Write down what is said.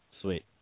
Sweet